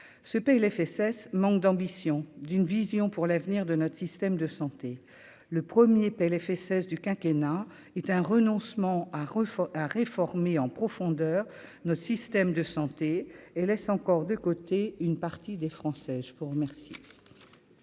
ce PLFSS manque d'ambition d'une vision pour l'avenir de notre système de santé le premier PLFSS du quinquennat il est un renoncement à Rochefort, à réformer en profondeur notre système de santé et laisse encore de côté une partie des Français, je vous remercie.